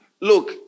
look